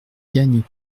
gagne